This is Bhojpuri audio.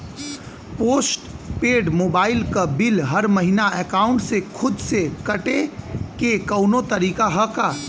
पोस्ट पेंड़ मोबाइल क बिल हर महिना एकाउंट से खुद से कटे क कौनो तरीका ह का?